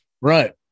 Right